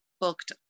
booked